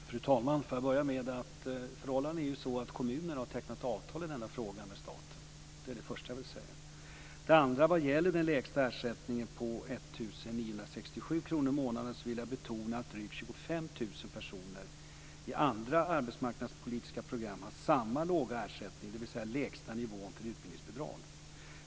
Fru talman! Förhållandena är ju sådana att kommunerna har tecknat avtal med staten i denna fråga. Det är det första jag vill säga. Det andra gäller den lägsta ersättningen på 1 967 kr i månaden, och där vill jag betona att drygt 25 000 personer i andra arbetsmarknadspolitiska program har samma låga ersättning, dvs. lägsta nivån för utbildningsbidrag.